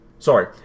Sorry